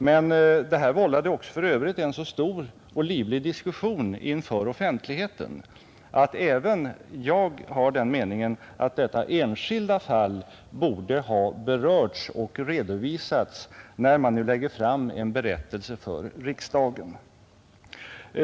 Men det här vållade för övrigt också en så stor och livlig diskussion inför offentligheten att även jag har den meningen att detta enskilda fall borde ha berörts och redovisats när man nu lägger fram en berättelse för riksdagen.